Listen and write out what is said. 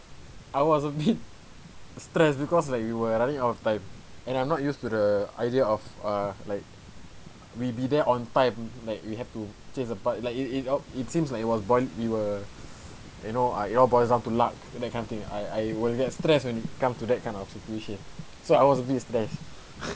I was a bit stress because like we were running out of time and I'm not used to the idea of uh like we be there on time like we have to chase the bus like it it up it seems like it was boil we were you know I it all boils down to luck that kind of thing I I will get stressed when it come to that kind of situation so I was a bit stressed